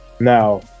Now